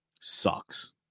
sucks